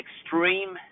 extreme